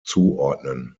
zuordnen